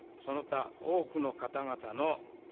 sonata oh no cat anata no